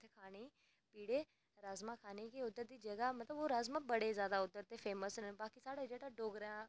खानै गी पीढ़ै राजमांह् खानै गी ते ओह् जगह् मतलब राजमांह् उद्धर दे बड़े फेमस न बाकी साढ़ा जेह्ड़ा डोगरा